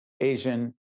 Asian